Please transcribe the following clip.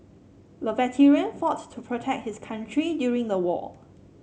the veteran fought to protect his country during the war